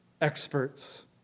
experts